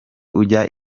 ujya